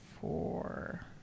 Four